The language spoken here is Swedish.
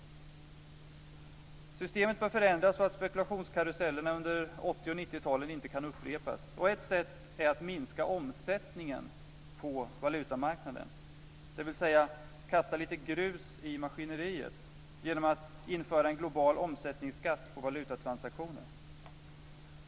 Systemet bör förändras så att spekulationskarusellerna under 80 och 90-talen inte kan upprepas. Ett sätt är att minska omsättningen på valutamarknaden, dvs. kasta lite grus i maskineriet genom att införa en global omsättningsskatt på valutatransaktioner.